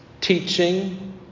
teaching